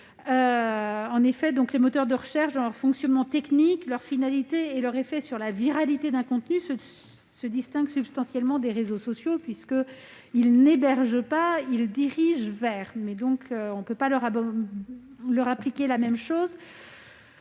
En effet, les moteurs de recherche, dans leur fonctionnement technique, leur finalité et leurs conséquences sur la viralité d'un contenu se distinguent substantiellement des réseaux sociaux, puisqu'ils n'hébergent pas, mais dirigent vers. On ne peut donc leur appliquer le même régime.